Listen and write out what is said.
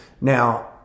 Now